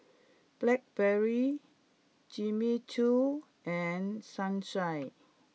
Blackberry Jimmy Choo and Sunshine